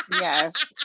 yes